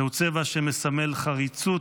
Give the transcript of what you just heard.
זהו צבע שמסמל חריצות,